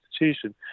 institution